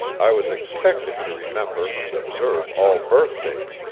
i was expected to remember and observe all birthdays,